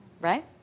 right